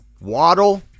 Waddle